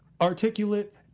articulate